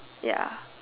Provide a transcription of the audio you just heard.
ya